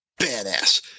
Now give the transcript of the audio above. badass